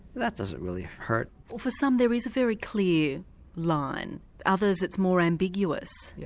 that doesn't really hurt. well for some there is a very clear line others it's more ambiguous. yeah